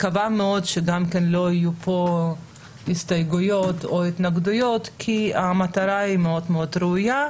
שגם לא יהיו פה הסתייגויות או התנגדויות כי המטרה היא מאוד ראויה.